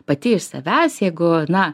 pati iš savęs jeigu na